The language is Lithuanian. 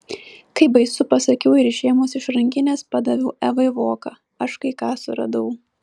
kaip baisu pasakiau ir išėmusi iš rankinės padaviau evai voką aš kai ką suradau